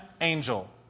angel